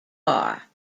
car